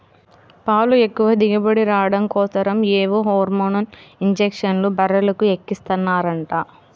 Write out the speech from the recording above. పాలు ఎక్కువ దిగుబడి రాడం కోసరం ఏవో హార్మోన్ ఇంజక్షన్లు బర్రెలకు ఎక్కిస్తన్నారంట